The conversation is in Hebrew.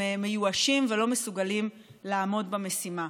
הם מיואשים ולא מסוגלים לעמוד במשימה.